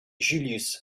julius